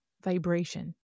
vibration